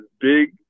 big